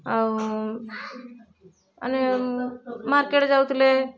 ଆଉ ମାନେ ମାର୍କେଟ୍ ଯାଉଥିଲେ